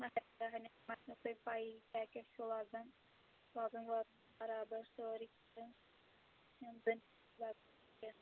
مہرنہِ مہرنہِ تِم آسنو تۅہہِ پیِی کتٮ۪تھ چھُ وزن روزان وول چھُ برابر سورُے یِم یِم زَن